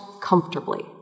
comfortably